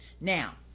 now